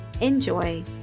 enjoy